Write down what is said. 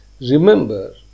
Remember